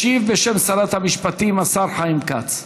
ישיב בשם שרת המשפטים השר חיים כץ.